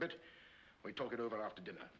bit we talk it over after dinner